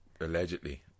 allegedly